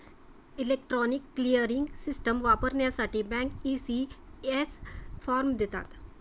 electronic clearing system वापरण्यासाठी bank, ECS form देतात